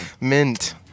Mint